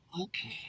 Okay